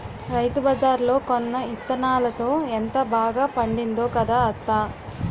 రైతుబజార్లో కొన్న యిత్తనాలతో ఎంత బాగా పండిందో కదా అత్తా?